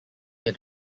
near